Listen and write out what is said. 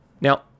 Now